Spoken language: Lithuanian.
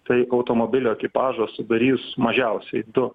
tai automobilio ekipažą sudarys mažiausiai du